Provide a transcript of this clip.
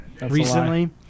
recently